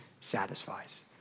satisfies